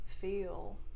feel